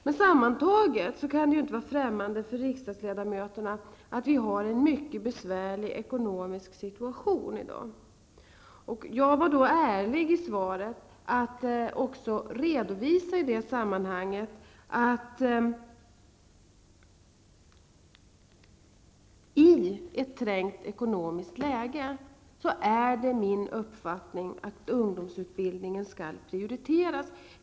Det kan naturligtvis inte vara främmande för riksdagsledamöterna att vi har en mycket besvärlig ekonomisk situation. Jag redovisade också ärligt i svaret att i ett trängt ekonomiskt läge är det min uppfattning att ungdomsutbildningen skall prioriteras.